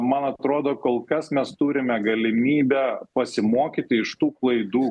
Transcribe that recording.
man atrodo kol kas mes turime galimybę pasimokyti iš tų klaidų